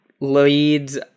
leads